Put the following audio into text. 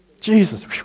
Jesus